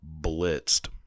blitzed